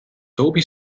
toby